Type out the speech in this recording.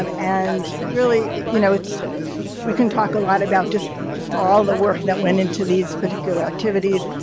um and really, you know, it's we can talk a lot about just all the work that went into these particular activities,